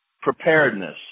preparedness